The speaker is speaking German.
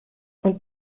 und